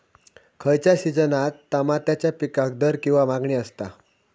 खयच्या सिजनात तमात्याच्या पीकाक दर किंवा मागणी आसता?